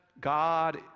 God